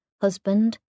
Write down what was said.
husband